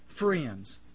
Friends